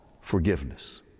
forgiveness